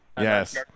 yes